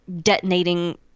Detonating